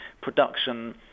production